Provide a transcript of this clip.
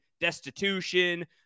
destitution